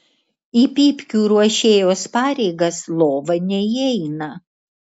į pypkių ruošėjos pareigas lova neįeina